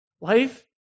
Life